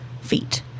feet